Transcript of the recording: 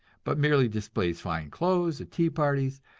but merely displays fine clothes at tea parties,